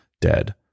dead